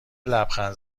لبخند